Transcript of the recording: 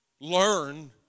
learn